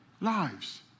lives